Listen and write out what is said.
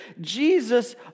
Jesus